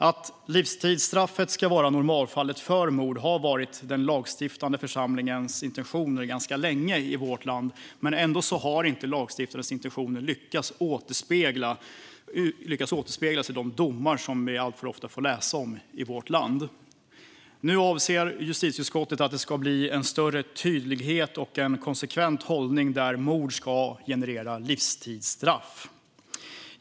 Att livstidsstraffet ska vara normalfallet för mord har varit den lagstiftande församlingens intention ganska länge i vårt land, men ändå har inte detta återspeglats i de domar vi alltför ofta får läsa. Nu avser justitieutskottet att det ska bli större tydlighet och en konsekvent hållning där mord ska generera livstidsstraff.